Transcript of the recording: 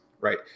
right